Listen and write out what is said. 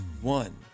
one